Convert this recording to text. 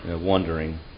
wondering